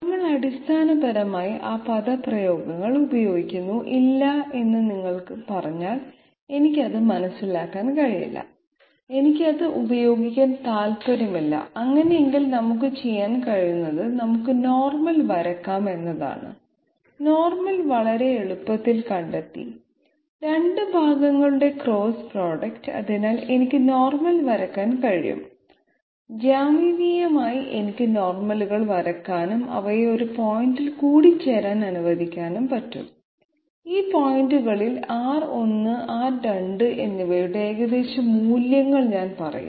നമ്മൾ അടിസ്ഥാനപരമായി ആ പദപ്രയോഗങ്ങൾ ഉപയോഗിക്കുന്നു ഇല്ല എന്ന് നിങ്ങൾ പറഞ്ഞാൽ എനിക്ക് അത് മനസിലാക്കാൻ കഴിയില്ല എനിക്ക് അത് ഉപയോഗിക്കാൻ താൽപ്പര്യമില്ല അങ്ങനെയെങ്കിൽ നമുക്ക് ചെയ്യാൻ കഴിയുന്നത് നമുക്ക് നോർമൽ വരയ്ക്കാം എന്നതാണ് നോർമൽ വളരെ എളുപ്പത്തിൽ കണ്ടെത്തി 2 ഭാഗങ്ങളുടെ ക്രോസ് പ്രോഡക്റ്റ് അതിനാൽ എനിക്ക് നോർമൽ വരയ്ക്കാൻ കഴിയും അതിനാൽ ജ്യാമിതീയമായി എനിക്ക് നോർമലുകൾ വരയ്ക്കാനും അവയെ ഒരു പോയിന്റിൽ കൂടിച്ചേരാൻ അനുവദിക്കാനും കഴിയും ഈ പോയിന്റുകളിൽ R1 R2 എന്നിവയുടെ ഏകദേശ മൂല്യങ്ങൾ ഞാൻ പറയും